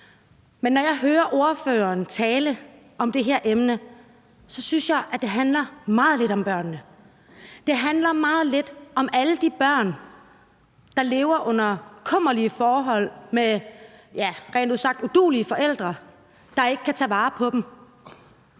Men når jeg hører ordføreren tale om det her emne, synes jeg, det handler meget lidt om børnene. Det handler meget lidt om alle de børn, der lever under kummerlige forhold med, ja, rent ud sagt uduelige forældre, der ikke kan tage vare på dem.